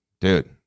dude